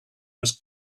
was